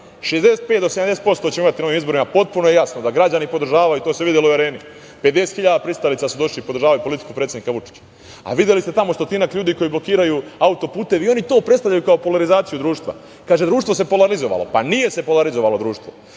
do 70% ćemo imati na ovim izborima. Potpuno je jasno da građani podržavaju i to se videlo u Areni, 50 hiljada pristalica su došli i podržavli politiku predsednika Vučića. Videli ste tamo stotinak ljudi koji blokiraju auto-puteve i oni to predstavljaju kao polarizaciju društva. Kažu – društvo se polarizovalo. Pa, nije se polarizovalo društvo,